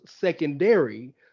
secondary